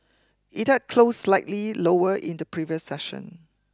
it had closed slightly lower in the previous session